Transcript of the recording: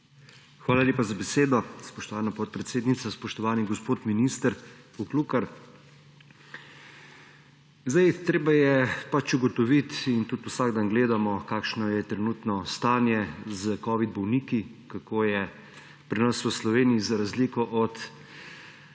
Hvala lepa za besedo, spoštovana podpredsednica. Spoštovani gospod minister Poklukar! Treba je pač ugotoviti in tudi vsak dan gledamo, kakšno je trenutno stanje s covid bolniki, kako je pri nas v Sloveniji, za razliko od